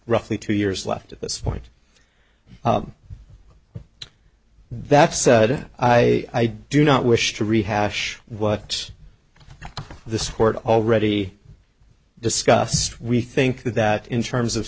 roughly two years left at this point that's i do not wish to rehash what the support already discussed we think that in terms of